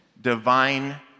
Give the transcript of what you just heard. divine